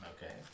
Okay